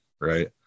right